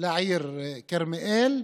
לעיר כרמיאל,